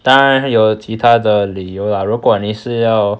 当然有其他的理由 lah 如果你是要